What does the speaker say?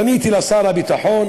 פניתי לשר הביטחון